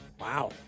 wow